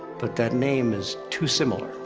but that name is too similar.